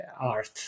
art